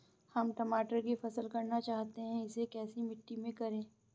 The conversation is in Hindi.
हम टमाटर की फसल करना चाहते हैं इसे कैसी मिट्टी में करें?